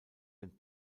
den